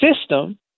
system